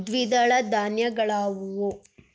ದ್ವಿದಳ ಧಾನ್ಯಗಳಾವುವು?